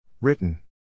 Written